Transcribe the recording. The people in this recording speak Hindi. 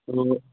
चलो